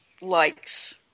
likes